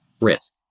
risk